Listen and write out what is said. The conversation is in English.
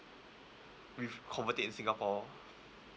with~ convert it in singapore